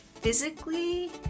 physically